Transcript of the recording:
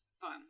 fun